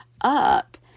up